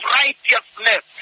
righteousness